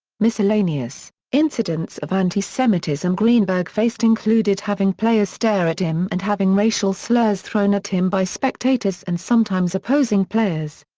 miscellaneous incidents of anti-semitism greenberg faced included having players stare at him and having racial slurs thrown at him by spectators and sometimes opposing players.